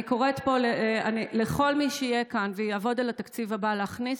אני קוראת פה לכל מי שיהיה כאן ויעבוד על התקציב הבא להכניס